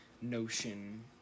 notion